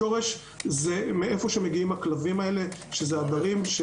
השורש זה מאיפה מגיעים הכלבים האלה שזה עדרים,